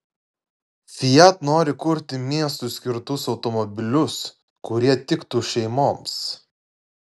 fiat nori kurti miestui skirtus automobilius kurie tiktų šeimoms